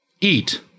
eat